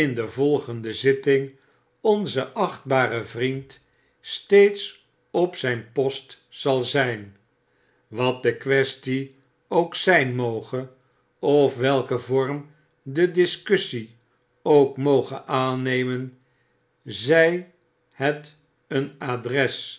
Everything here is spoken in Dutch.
de volgende zitting onze achtbare vriend steeds op zgn post zal zjjn wat de quaestie ook zjjn moge of welken vorm de discussie ook moge aannemen zjj het een adres